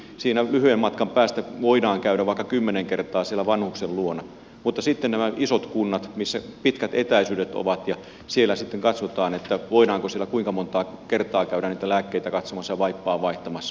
siinä lyhyen matkan päästä voidaan käydä vaikka kymmenen kertaa siellä vanhuksen luona mutta sitten on nämä isot kunnat missä on pitkät etäisyydet ja sitten katsotaan voidaanko siellä kuinka monta kertaa käydä niitä lääkkeitä katsomassa ja vaippaa vaihtamassa